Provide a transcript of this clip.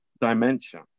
dimension